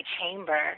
chamber